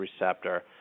receptor